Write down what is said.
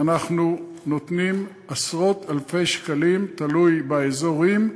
אנחנו נותנים עשרות-אלפי שקלים, תלוי באזורים,